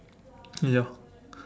ya